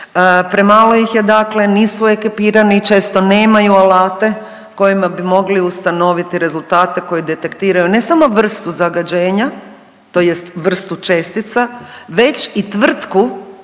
premalo ih je dakle, nisu ekipirani, često nemaju alate kojima bi mogli ustanoviti rezultate koji detektiraju ne samo vrstu zagađenja tj. vrstu čestica već i tvrtku